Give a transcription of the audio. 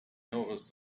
noticed